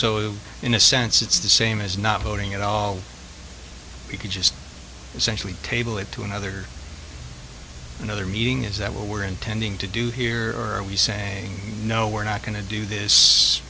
in a sense it's the same as not voting at all if you can just essentially table it to another another meeting is that what we're intending to do here or are we saying no we're not going to do